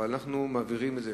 אבל אנחנו מעבירים את זה,